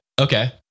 Okay